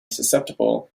susceptible